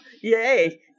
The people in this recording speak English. yay